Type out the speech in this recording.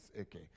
Okay